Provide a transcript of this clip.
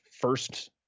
first